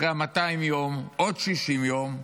אחרי 200 יום עוד 60 יום,